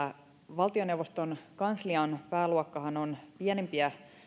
valtioneuvoston kanslian pääluokkahan on pienimpiä